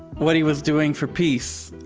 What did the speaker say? what he was doing for peace,